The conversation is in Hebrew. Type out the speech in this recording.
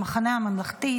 המחנה הממלכתי,